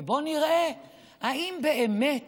ובוא נראה האם באמת